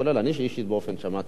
כולל אני אישית ששמעתי,